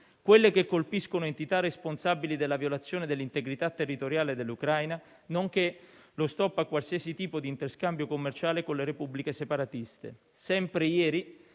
quelle che colpiscono entità responsabili della violazione dell'integrità territoriale dell'Ucraina, nonché lo stop a qualsiasi tipo di interscambio commerciale con le repubbliche separatiste. Sempre ieri